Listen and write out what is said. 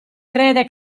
crede